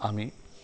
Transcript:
আমি